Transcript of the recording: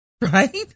right